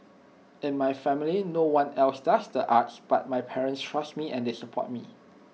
in my family no one else does the arts but my parents trust me and they support me